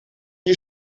die